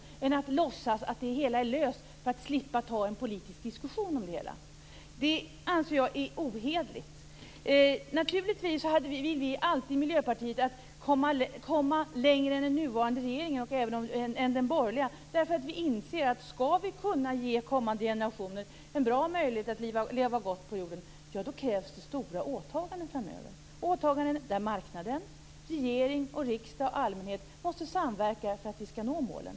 Det är ärligare än att låtsas som om det hela är löst för att slippa ta en politisk diskussion. Det anser jag vara ohederligt. Naturligtvis vill vi i Miljöpartiet alltid komma längre än den nuvarande regeringen, och även än den borgerliga. Vi inser att om vi skall kunna ge kommande generationer en bra möjlighet att leva gott på jorden så krävs det stora åtaganden framöver. Det handlar om åtaganden där marknad, regering, riksdag och allmänhet måste samverka för att vi skall nå målen.